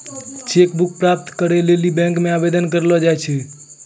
cheque book प्राप्त करै लेली बैंक मे आवेदन करलो जाय छै